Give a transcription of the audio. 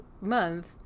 month